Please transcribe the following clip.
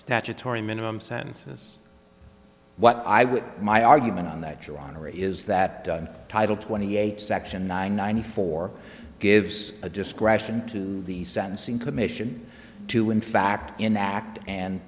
statutory minimum sentences what i would my argument on that joyner is that done title twenty eight section nine ninety four gives a discretion to the sentencing commission to in fact enact and